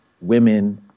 women